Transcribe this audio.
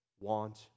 want